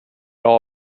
all